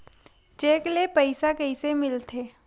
Cheque ले पईसा कइसे मिलथे?